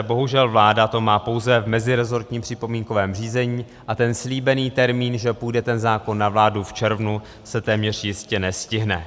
Bohužel vláda to má pouze v meziresortním připomínkovém řízení a ten slíbený termín, že ten zákon půjde na vládu v červnu, se téměř jistě nestihne.